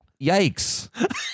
Yikes